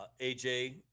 AJ